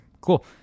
cool